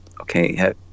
Okay